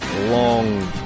long